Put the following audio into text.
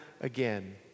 again